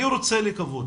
אני רוצה לקוות